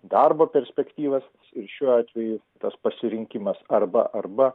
darbo perspektyvas ir šiuo atveju tas pasirinkimas arba arba